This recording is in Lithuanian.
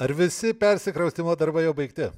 ar visi persikraustymo darbai jau baigti